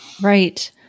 Right